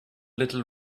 little